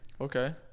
Okay